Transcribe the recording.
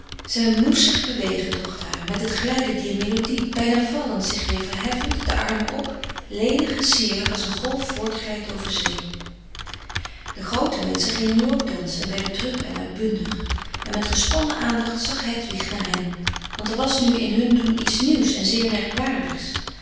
zij moest zich bewegen docht haar met het glijden dier melodie bijna vallend zich weer verheffend de armen op lenig en sierlijk als een golf voortglijdt over zee de groote menschen gingen nu ook dansen en werden druk en uitbundig en met gespannen aandacht zag hedwig naar hen want er was nu in hun doen iets nieuws en zeer merkwaardigs